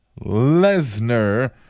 Lesnar